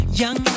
young